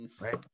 right